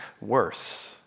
worse